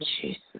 Jesus